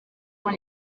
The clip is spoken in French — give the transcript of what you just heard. dans